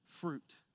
fruit